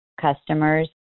customers